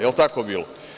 Jel tako bilo?